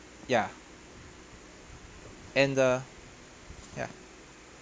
ya and the ya